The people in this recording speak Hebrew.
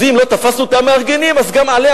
אז אם לא תפסנו את המארגנים אז גם לה,